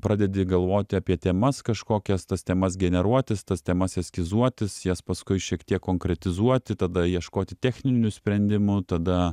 pradedi galvoti apie temas kažkokias tas temas generuotis tas temas eskizuotis jas paskui šiek tiek konkretizuoti tada ieškoti techninių sprendimų tada